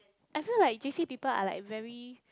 I feel like J_C people are like very